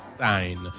Stein